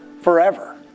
forever